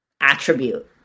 attribute